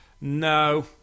no